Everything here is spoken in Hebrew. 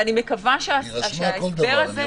אני מקווה שההסבר הזה